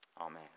Amen